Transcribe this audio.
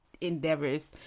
endeavors